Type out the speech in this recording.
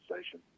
station